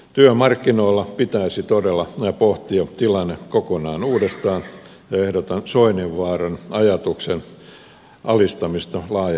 työmarkkinoilla pitäisi todella pohtia tilanne kokonaan uudestaan ja ehdotan soininvaaran ajatuksen alistamista laajempaan keskusteluun